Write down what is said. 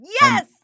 yes